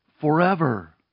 forever